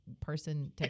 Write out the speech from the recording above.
person